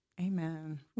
Amen